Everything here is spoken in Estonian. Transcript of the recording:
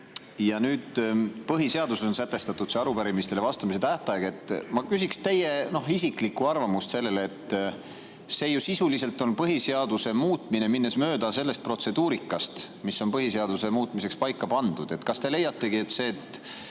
ja põhiseaduses on sätestatud arupärimistele vastamise tähtaeg. Ma küsiksin teie isiklikku arvamust. See on ju sisuliselt põhiseaduse muutmine, minnes mööda sellest protseduurist, mis on põhiseaduse muutmiseks paika pandud. Kas te leiategi, et